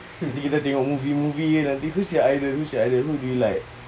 nanti kita tengok movie movie who's your idol who's your idol who do you like